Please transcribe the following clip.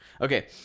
Okay